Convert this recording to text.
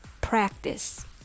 practice